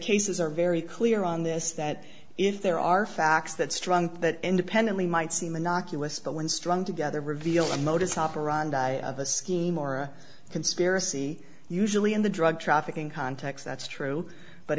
cases are very clear on this that if there are facts that strong that independently might seem innocuous but when strung together reveal a modus operandi of a scheme or a conspiracy usually in the drug trafficking context that's true but